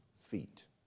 feet